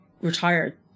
retired